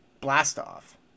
Blastoff